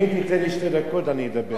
אם תיתן לי שתי דקות אני אדבר.